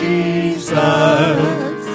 Jesus